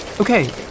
okay